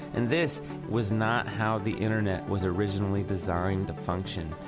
and this was not how the internet was originally designed to function.